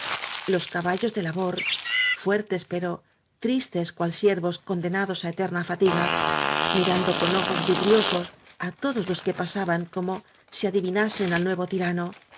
los caballos de labor fuertes pero tristes cual siervos condenados á eterna fatiga mirando con ojos vidriosos á todos los que pa saban como si adivinasen al nuevo tirano